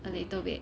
a little bit